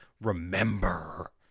remember